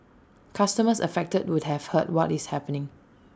customers affected would have heard what is happening